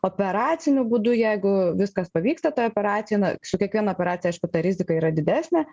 operaciniu būdu jeigu viskas pavyksta ta operacija na su kiekviena operacija aišku ta rizika yra didesnė